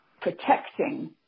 protecting